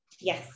Yes